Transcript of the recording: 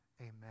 Amen